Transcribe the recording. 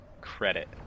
credit